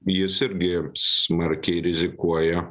jis irgi smarkiai rizikuoja